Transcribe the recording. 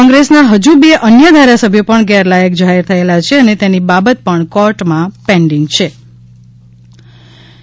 કોંગ્રેસના ફજુ બે અન્ય ધારાસભ્યો પણ ગેરલાયક જાહેર થયેલા છે અને તેની બાબત પણ કોર્ટમાં પેન્ડિંગ છિ